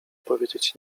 powiedzieć